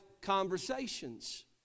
conversations